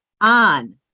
on